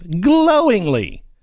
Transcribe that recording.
glowingly